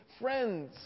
friends